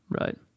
right